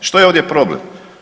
Što je ovdje problem?